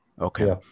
Okay